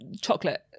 chocolate